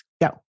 Go